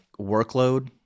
workload